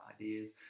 ideas